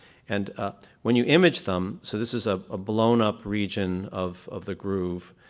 and ah when you image them, so this is a ah blow-up region of of the groove,